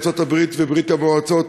ארצות-הברית וברית-המועצות,